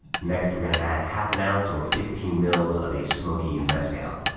next, we're gonna add half an ounce or fifteen mils of a smoky mezcal.